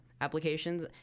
Applications